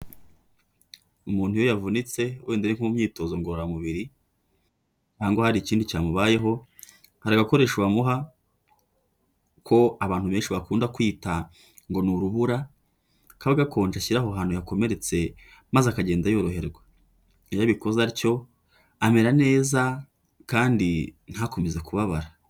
Umuntu iyo yavunitse, wenda ari mu myitozo ngororamubiri cyangwa hari ikindi cyamubayeho, hari agakoresho bamuha, ako abantu benshi bakunda kwita ngo ni urubura, kaba gakonje ashyira aho hantu yakomeretse maze akagenda yoroherwa, iyo abikoze atyo amera neza kandi ntakomeze kubabara.